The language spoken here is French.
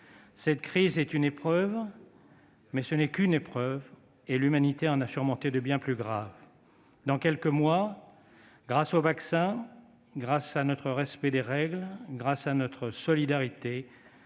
Cette crise est une épreuve, mais ce n'est qu'une épreuve et l'humanité en a surmonté de bien plus graves. Dans quelques mois, grâce aux vaccins, grâce à notre respect des règles, grâce à notre solidarité,